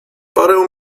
parę